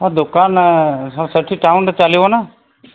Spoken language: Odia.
ହଁ ଦୋକାନ ସେଠି ଟାଉନ୍ରେ ଚାଲିବ ନା